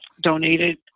donated